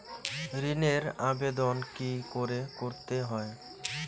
ঋণের আবেদন কি করে করতে হয়?